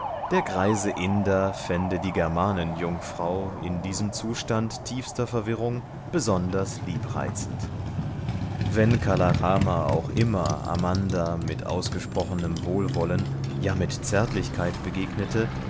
der greise inder fände die germanenjungfrau in diesem zustand tiefster verwirrung besonders liebreizend wenn kala rama auch immer amanda mit ausgesprochenem wohlwollen ja mit zärtlichkeit begegnete